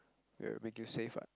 will make you safe [what]